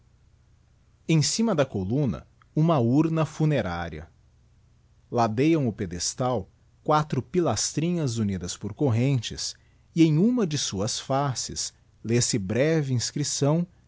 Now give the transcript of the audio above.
em cima da columna uma urna funerária ladeiam o pedestal quatro pilastrinhas unidas por correntes e em uma de suas laces lê-se breve inscripção